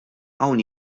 hawn